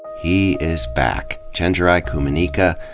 he is back. chenjerai kumanyika,